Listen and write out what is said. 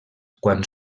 quan